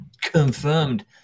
confirmed